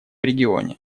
регионе